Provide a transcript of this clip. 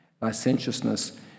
licentiousness